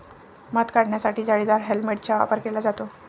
मध काढण्यासाठी जाळीदार हेल्मेटचा वापर केला जातो